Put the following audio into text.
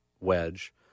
wedge